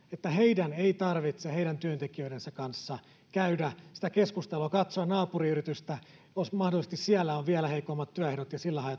niin että heidän ei tarvitse työntekijöidensä kanssa käydä sitä keskustelua ja katsoa naapuriyritystä josko mahdollisesti siellä on vielä heikommat työehdot ja sillä